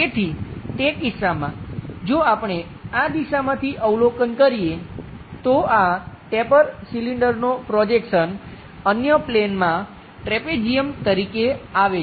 તેથી તે કિસ્સામાં જો આપણે આ દિશામાંથી અવલોકન કરીએ તો આ ટેપર સિલિન્ડરનો પ્રોજેક્શન અન્ય પ્લેનમાં ટ્રેપેઝિયમ તરીકે આવે છે